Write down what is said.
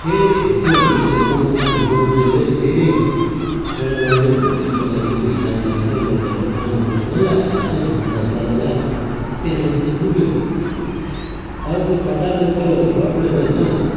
फेरि त्योभन्दा धेर कमाउने लोभले चाहिँ फेरि एउटा नर्वे भन्ने देशको लागि चाहिँ भिजाको लागि त मैले अब कमाएको पैसा डल्लै हालेँ होइन दस बाह्र लाख त्यहाँबाट त डुब्यो अब त्यो फटाहा रहेछ त्यो फ्रड रहेछ होइन